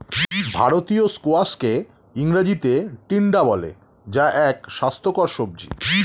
ভারতীয় স্কোয়াশকে ইংরেজিতে টিন্ডা বলে যা এক স্বাস্থ্যকর সবজি